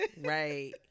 Right